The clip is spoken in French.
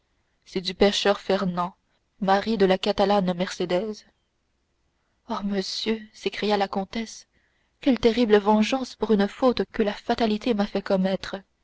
c'est du pécheur fernand mari de la catalane mercédès ah monsieur s'écria la comtesse quelle terrible vengeance pour une faute que la fatalité m'a fait commettre